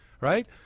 right